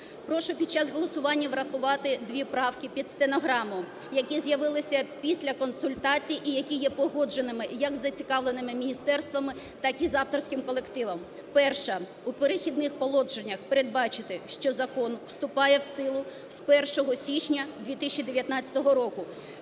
Прошу під час голосування врахувати правки під стенограму, які з'явилися після консультацій і які є погодженими як зацікавленими міністерства, так і з авторським колективом. Перше. У "Перехідних положеннях" передбачити, що закон вступає в силу з 1 січня 2019 року.